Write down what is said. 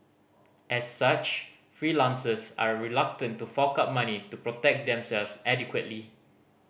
as such freelancers are reluctant to fork out money to protect themselves adequately